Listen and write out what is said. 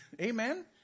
Amen